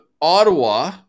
Ottawa